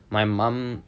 my mum